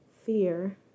fear